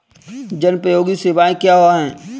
जनोपयोगी सेवाएँ क्या हैं?